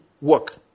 Work